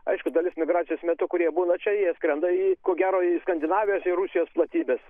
aišku dalis migracijos metu kurie būna čia jie skrenda į ko gero į skandinavijos į rusijos platybes